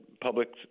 public